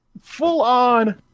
full-on